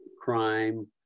crime